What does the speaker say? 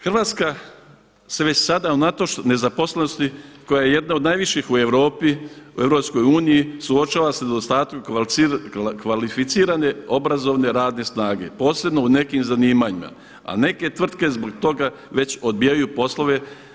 Hrvatska se već sada unatoč nezaposlenosti koja je jedna od najviših u Europi, Europskoj uniji suočava sa nedostatkom kvalificirane obrazovne radne snage posebno u nekim zanimanjima, a neke tvrtke zbog toga već odbijaju poslove.